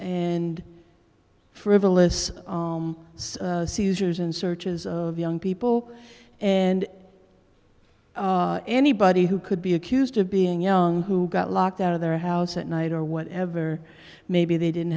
and frivolous seizures in searches of young people and anybody who could be accused of being young who got locked out of their house at night or whatever maybe they didn't